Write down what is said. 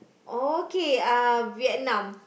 okay uh Vietnam